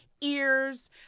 ears